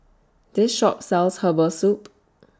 This Shop sells Herbal Soup